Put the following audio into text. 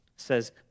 says